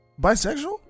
bisexual